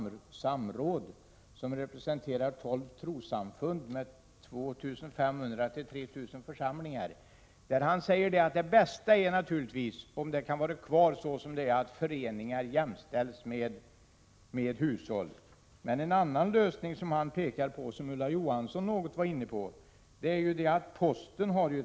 1987/88:70 SAMRÅD, som representerar tolv trossamfund med 2 500—-3 000 försam 16 februari 1988 lingar. Han säger att det bästa naturligtvis är att ha den nuvarande ordningen kvar, så att föreningar jämställs med hushåll. En annan lösning som han pekar på och som Ulla Johansson också var inne på är de föreningsbrev som posten har.